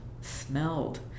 smelled